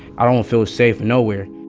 i don't feel safe nowhere